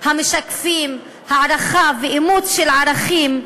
המשקפים הערכה ואימוץ של ערכים,